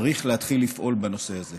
צריך להתחיל לפעול בנושא הזה.